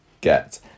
get